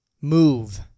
move